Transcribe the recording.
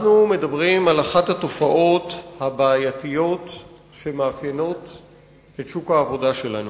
אנחנו מדברים על אחת התופעות הבעייתיות שמאפיינות את שוק העבודה שלנו.